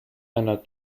einer